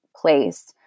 place